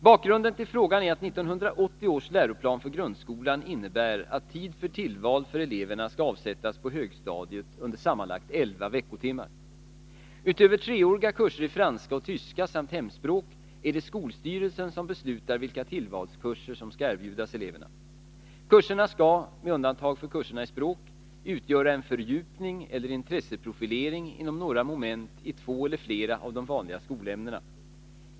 Bakgrunden till frågan är att 1980 års läroplan för grundskolan innebär att tid för tillval för eleverna skall avsättas på högstadiet under sammanlagt elva veckotimmar. Utöver treåriga kurser i franska och tyska samt hemspråk är det skolstyrelsen som beslutar vilka tillvalskurser som skall erbjudas eleverna. Kurserna skall — med undantag för kurserna i språk — utgöra en fördjupning eller intresseprofilering inom några moment i två eller flera av de vanliga skolämnena.